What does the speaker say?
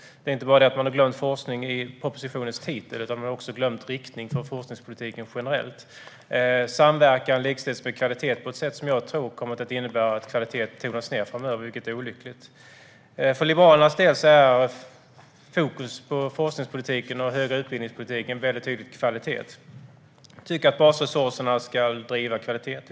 Det är inte bara det att man har glömt ordet forskning i propositionens titel; man har också glömt en riktning för forskningspolitiken generellt. Samverkan likställs med kvalitet på ett sätt som jag tror kommer att innebära att kvalitet tonas ned framöver, vilket är olyckligt. För Liberalernas del är fokus på forskningspolitiken och den högre utbildningspolitiken tydligt på kvalitet. Vi tycker att basresurserna ska driva kvalitet.